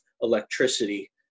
electricity